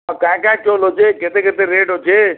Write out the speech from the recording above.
କାଣା କାଣା ଚଉଲ୍ ଅଛେ କେତେ କେତେ ରେଟ୍ ଅଛେ